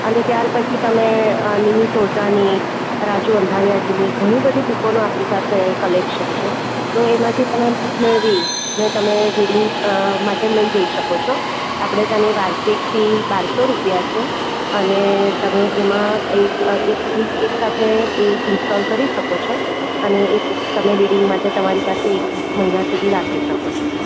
અને ત્યાર પછી તમે આ નિમિત્ત ઓઝાની રાજુ અંધારીયાજીની ઘણી બધી બૂકોનું આપણી પાસે કલેક્શન છે તો એમાંથી તમે બુક મેળવી ને તમે રીડિંગ માટે લઈ જઈ શકો છો આપણે ત્યાંની વાર્ષિક ફી બારસો રૂપિયા છે અને તમે એમાં એક એક બુક એકસાથે એ ઇન્સ્ટોલ કરી શકોછો અને એ બુક તમે રીડિંગ માટે તમારી પાસે એક મહિના સુધી રાખી શકો છો